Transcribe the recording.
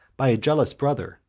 by a jealous brother,